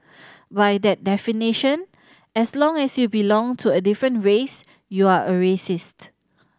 by that definition as long as you belong to a different race you are a racist